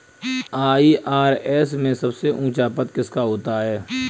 IRS में सबसे ऊंचा पद किसका होता है?